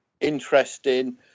Interesting